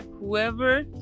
Whoever